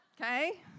okay